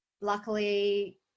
luckily